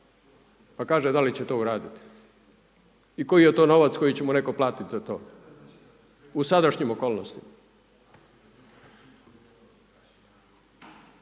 pa kaže da li će to uraditi. I koji je to novac koji će mu netko platiti za to u sadašnjim okolnostima.